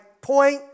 point